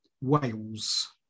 Wales